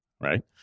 right